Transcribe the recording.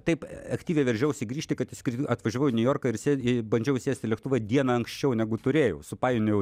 taip aktyviai veržiausi grįžti kad išskri atvažiavau į niujorką ir sė bandžiau įsėsti į lėktuvą diena anksčiau negu turėjau supainiojau